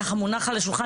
ככה מונח על השולחן?